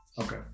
Okay